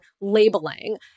labeling